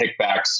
kickbacks